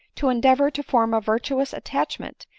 to en deavor to form a virtuous attachment,